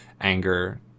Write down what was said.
anger